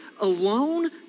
alone